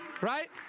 right